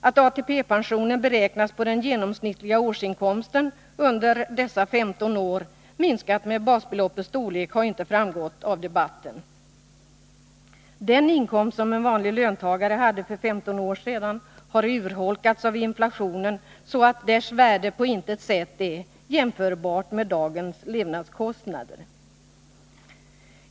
Att ATP-pensionen beräknas på den genomsnittliga årsinkomsten under dessa 15 år, minskad med basbeloppets storlek, har inte framgått av debatten. Den inkomst som en Nr 22 vanlig löntagare hade för 15 år sedan har urholkats av inflationen, så att dess Onsdagen den värde på intet sätt är jämförbart med dagens levnadskostnader.